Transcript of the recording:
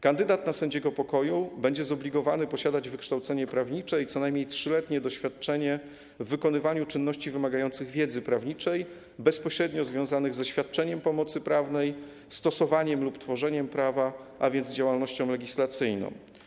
Kandydat na sędziego pokoju będzie zobligowany posiadać wykształcenie prawnicze i co najmniej 3-letnie doświadczenie w wykonywaniu czynności wymagających wiedzy prawniczej, bezpośrednio związanych ze świadczeniem pomocy prawnej, stosowaniem lub tworzeniem prawa, a więc działalnością legislacyjną.